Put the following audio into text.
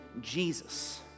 Jesus